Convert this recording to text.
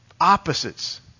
opposites